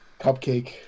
Cupcake